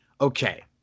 okay